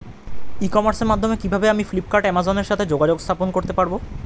ই কমার্সের মাধ্যমে কিভাবে আমি ফ্লিপকার্ট অ্যামাজন এর সাথে যোগাযোগ স্থাপন করতে পারব?